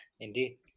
Indeed